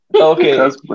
Okay